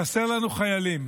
חסרים לנו חיילים,